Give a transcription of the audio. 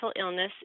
illness